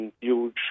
Huge